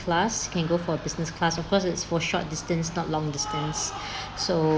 class can go for business class of course it's for short distance not long distance so